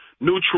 neutral